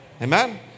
Amen